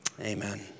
Amen